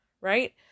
right